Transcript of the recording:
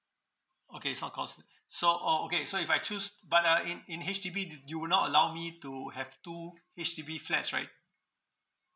okay so costly so oh okay so if I choose t~ but uh in in H_D_B do you would not allow me to have two H_D_B flats right